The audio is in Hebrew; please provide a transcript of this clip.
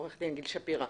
עורך דין גיל שפירא.